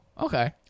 okay